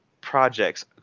projects